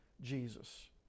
Jesus